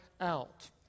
out